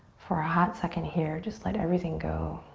for a hot second here just let everything go,